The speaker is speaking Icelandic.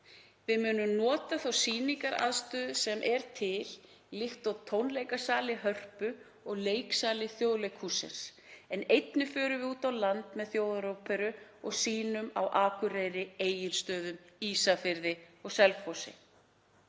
Við munum nota sýningaraðstöðu sem er til, líkt og tónleikasali Hörpu og leiksali Þjóðleikhússins, en einnig förum við út á land með þjóðaróperu og sýnum á Akureyri, Egilsstöðum, Ísafirði og Selfossi.